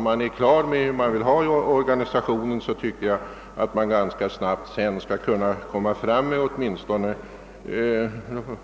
Föreligger klarhet om hur organisationen skall utformas bör det väl vara möjligt att ganska snabbt fatta ett beslut